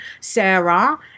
Sarah